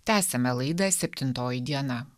tęsiame laidą septintoji diena